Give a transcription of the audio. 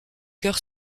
chœur